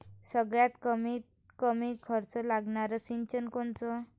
सगळ्यात कमीत कमी खर्च लागनारं सिंचन कोनचं?